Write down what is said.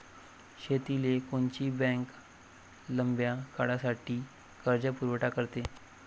शेतीले कोनची बँक लंब्या काळासाठी कर्जपुरवठा करते?